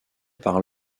par